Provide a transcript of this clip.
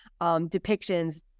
depictions